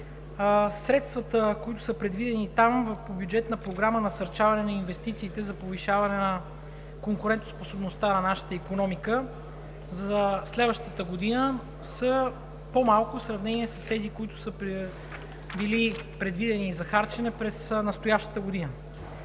средствата, които са предвидени там по бюджетна Програма „Насърчаване на инвестициите за повишаване на конкурентоспособността на нашата икономика“ за следващата година са по-малко в сравнение с тези, които са били предвидени за харчене през настоящата година.